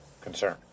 concern